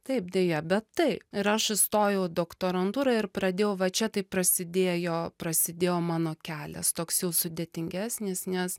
taip deja bet taip ir aš įstojau į doktorantūrą ir pradėjau va čia tai prasidėjo prasidėjo mano kelias toks jau sudėtingesnis nes